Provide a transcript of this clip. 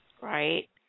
right